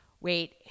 wait